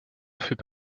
fait